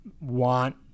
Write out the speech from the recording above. want